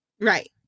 Right